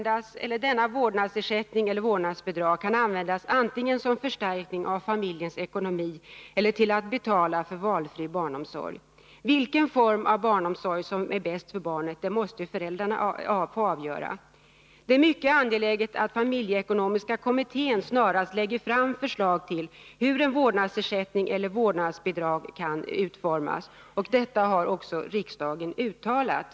Denna vårdnadsersättning kan användas antingen som förstärkning av familjens ekonomi eller till att betala för valfri barnomsorg. Vilken form av barnomsorg som är bäst för barnet. Det måste föräldrarna få avgöra. Det är mycket angeläget att familjeekonomiska kommittén snarast lägger fram förslag till hur en vårdnadsersättning eller ett vårdnadsbidrag kan utformas. Detta har också riksdagen uttalat.